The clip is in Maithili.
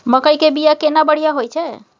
मकई के बीया केना बढ़िया होय छै?